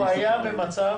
הוא היה במצב